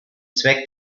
zweck